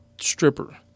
stripper